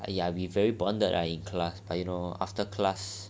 ya ya ya we very bonded ah in class but you know after class